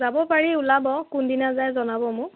যাব পাৰি ওলাব কোনদিনা যায় জনাব মোক